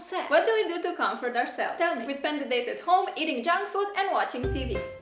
so what do we do to comfort ourselves? tell me. we spend the days at home eating junk food and watching tv.